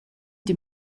die